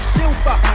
silver